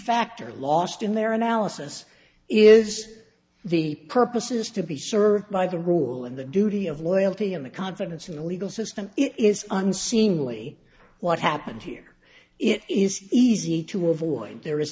factor lost in their analysis is the purpose is to be served by the rule and the duty of loyalty and the confidence in the legal system it is unseemly what happened here it is easy to avoid there is